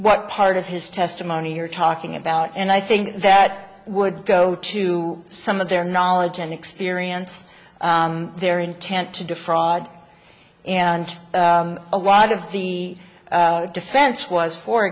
what part of his testimony you're talking about and i think that would go to some of their knowledge and experience their intent to defraud and a lot of the defense was for